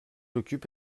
occupe